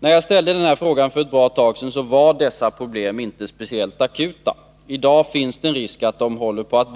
När jag ställde denna fråga för ett bra tag sedan var dessa problem inte speciellt akuta. I dag finns det en risk att de blir det.